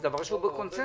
זה דבר שהוא בקונצנזוס.